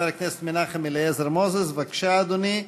חבר הכנסת מנחם אליעזר מוזס, בבקשה, אדוני.